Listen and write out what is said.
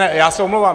Já se omlouvám.